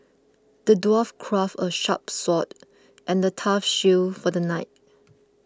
the dwarf crafted a sharp sword and a tough shield for the knight